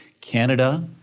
Canada